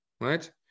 right